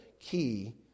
key